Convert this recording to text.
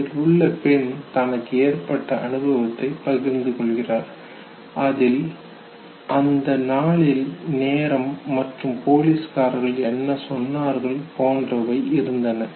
அதில் உள்ள பெண் தனக்கு ஏற்பட்ட அனுபவத்தை பகிர்ந்து கொள்கிறார் அதில் அந்த நாளின் நேரம் மற்றும் போலீஸ்காரர்கள் என்ன சொன்னார்கள் போன்றவை இருந்தன